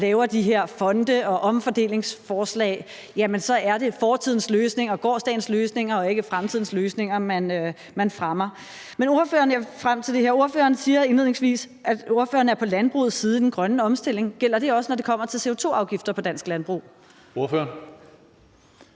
laver de her fonde og omfordelingsforslag, er det gårsdagens løsninger og ikke fremtidens løsninger, man fremmer. Men ordføreren – det er det, jeg vil frem til her – siger indledningsvis, at ordføreren er på landbrugets side i den grønne omstilling. Gælder det også, når det kommer til CO2-afgifter på dansk landbrug? Kl.